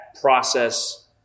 process